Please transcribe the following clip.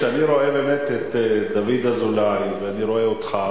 כשאני רואה באמת את דוד אזולאי ואני רואה אותך,